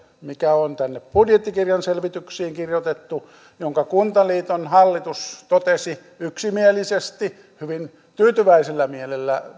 mikä on tänne budjettikirjan selvityksiin kirjoitettu ja jonka kuntaliiton hallitus totesi yksimielisesti hyvin tyytyväisellä mielellä